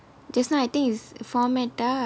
just now I think is format ah